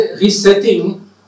resetting